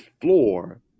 floor